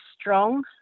strong